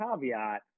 caveat